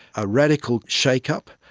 a radical shake-up,